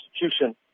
constitution